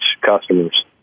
customers